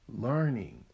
learning